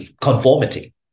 conformity